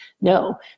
no